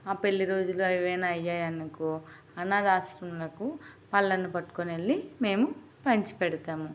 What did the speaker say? మా పెళ్ళి రోజులు ఏమైన్నా అయినాయి అనుకో అనాథాశ్రములకు పళ్ళను పట్టుకొని వెళ్ళి మేము పంచి పెడతాము